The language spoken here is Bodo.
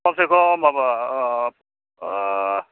खमसेखम माबा